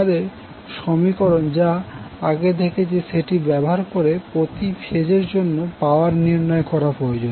আমাদের সমীকরণ যা আমরা আগে দেখেছি সেটি ব্যবহার করে প্রতি ফেজের জন্য পাওয়ার নির্ণয় করা প্রয়োজন